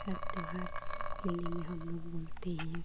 हर त्योहार हिन्दी में हमलोग बोलते हैं